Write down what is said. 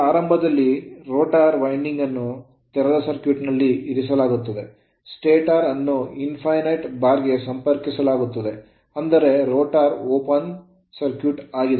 ಆರಂಭದಲ್ಲಿ rotor winding ಅನ್ನು ತೆರೆದ ಸರ್ಕ್ಯೂಟ್ ನಲ್ಲಿ ಇರಿಸಲಾಗುತ್ತದೆ stator ಸ್ಟಾಟರ್ ಅನ್ನುinfinite ಬಾರ್ ಗೆ ಸಂಪರ್ಕಿಸಲಾಗುತ್ತದೆ ಅಂದರೆ rotor ರೋಟರ್ open ತೆರೆದ ಸರ್ಕ್ಯೂಟ್ ಆಗಿದೆ